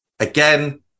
Again